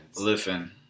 Listen